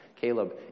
Caleb